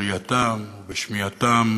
בראייתם או בשמיעתם,